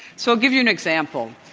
so i'll give you an example.